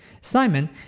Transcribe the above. Simon